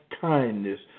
kindness